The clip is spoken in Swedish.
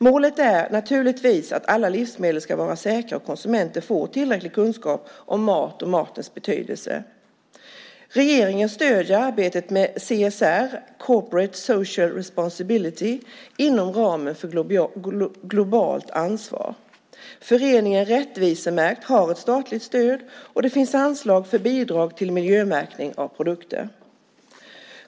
Målet är naturligtvis att alla livsmedel ska vara säkra och att konsumenter ska få tillräcklig kunskap om mat och matens betydelse. Regeringen stöder arbetet med CSR, Corporate Social Responsibility, inom ramen för Globalt Ansvar. Föreningen Rättvisemärkt har ett statligt stöd, och det finns anslag för bidrag till miljömärkning av produkter.